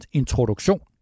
introduktion